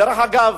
דרך אגב,